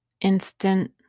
instant